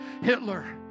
Hitler